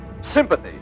sympathy